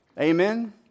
Amen